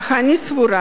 אך אני סבורה,